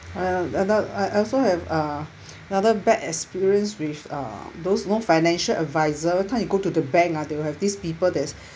and and I I also have uh another bad experience with uh those know financial adviser every time you go to the bank ah they will have these people there's